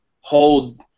hold